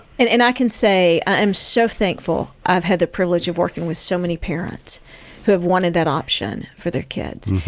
and and i can say i am so thankful i've had the privilege of working with so many parents who have wanted that option for their kids.